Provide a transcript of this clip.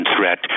threat